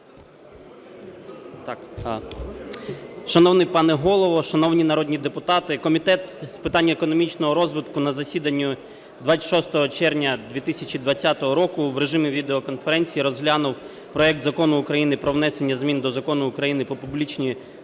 Шановний пане Голово, шановні народні депутати! Комітет з питань економічного розвитку на засіданні 26 червня 2020 року в режимі відеоконференції розглянув проект Закону України про внесення змін до Закону України "Про публічні